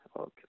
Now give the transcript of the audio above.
Okay